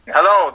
Hello